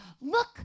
look